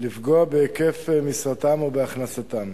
לפגוע בהיקף משרתם או בהכנסתם,